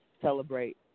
celebrate